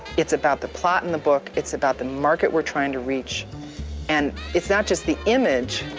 it's about the plot in the book, it's about the market we're trying to reach and it's not just the image,